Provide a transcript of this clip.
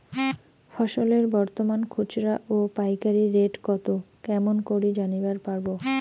ফসলের বর্তমান খুচরা ও পাইকারি রেট কতো কেমন করি জানিবার পারবো?